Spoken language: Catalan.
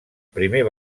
primer